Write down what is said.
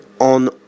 on